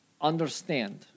understand